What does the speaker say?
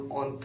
on